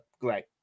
great